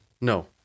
No